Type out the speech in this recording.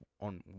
on